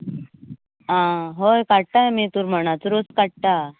हा काडटा आमी हेतून माणाचो रोस काडटा